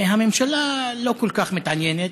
הממשלה לא כל כך מתעניינת.